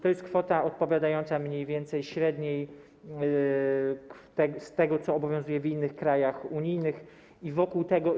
To jest kwota odpowiadająca mniej więcej średniej z tego, co obowiązuje w innych krajach unijnych, i wokół tego.